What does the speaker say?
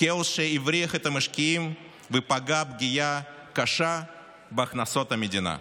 כאוס שהבריח את המשקיעים ופגע פגיעה קשה בהכנסות המדינה.